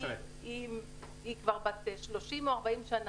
בתמ"א 15. התמ"א עצמה היא כבר בת 30 או 40 שנים.